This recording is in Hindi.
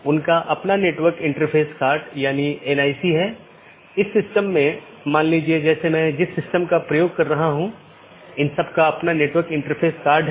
इसलिए EBGP साथियों के मामले में जब हमने कुछ स्लाइड पहले चर्चा की थी कि यह आम तौर पर एक सीधे जुड़े नेटवर्क को साझा करता है